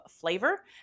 flavor